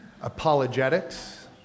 apologetics